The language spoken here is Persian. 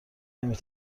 نمی